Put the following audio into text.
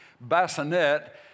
bassinet